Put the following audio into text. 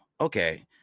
Okay